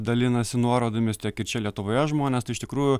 dalinasi nuorodomis kai čia lietuvoje žmonės tai iš tikrųjų